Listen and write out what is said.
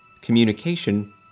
communication